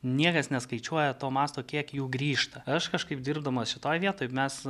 niekas neskaičiuoja to masto kiek jų grįžta aš kažkaip dirbdamas šitoj vietoj mes